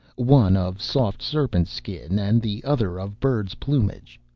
one of soft serpent-skin and the other of birds' plumage.